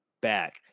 back